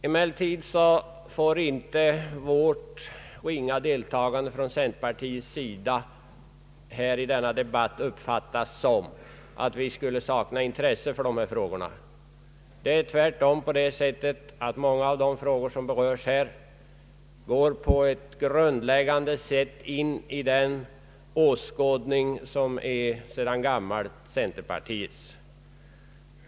Emellertid bör inte det ringa deltagandet från centerpartiets sida i denna debatt uppfattas som om vi skulle sakna intresse för dessa frågor. Det är tvärtom på det sättet att många av de frågor som här berörts går på ett grundläggande sätt in i den åskådning som sedan gammalt är centerpartiets.